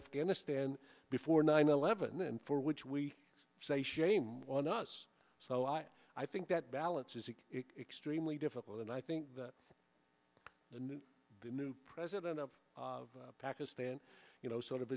afghanistan before nine eleven and for which we say shame on us so i i think that balance is an extremely difficult and i think that the new the new president of pakistan you know sort of